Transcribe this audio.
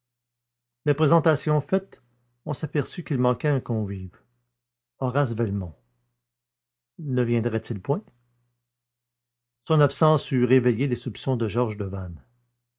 les présentations faites on s'aperçut qu'il manquait un convive horace velmont ne viendrait-il point son absence eût réveillé les soupçons de georges devanne